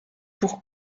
pour